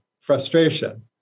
frustration